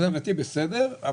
מבחינתי בסדר,